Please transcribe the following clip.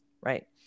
right